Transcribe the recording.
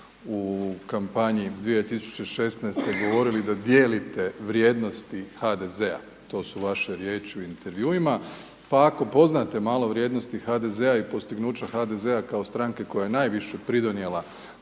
u kampanji 2016., govorili da dijelite vrijednosti HDZ-a, to su vaše riječi u intervjuima, pa ako poznate malo vrijednosti HDZ-a i postignuća HDZ-a kao stranke koja je naviše pridonijela